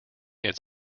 its